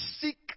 seek